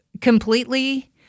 completely